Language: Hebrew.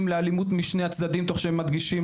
לאלימות משני הצדדים תוך שהם מדגישים,